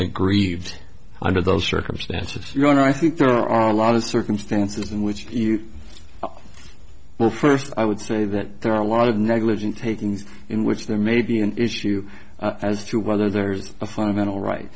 client grieved under those circumstances you're going to i think there are a lot of circumstances in which you well first i would say that there are a lot of negligent takings in which there may be an issue as to whether there is a fundamental right